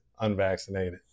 unvaccinated